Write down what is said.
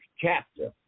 chapter